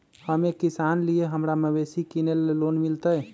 हम एक किसान हिए हमरा मवेसी किनैले लोन मिलतै?